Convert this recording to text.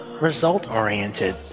result-oriented